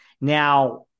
now